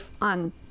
on